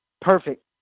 perfect